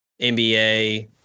NBA